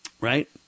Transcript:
Right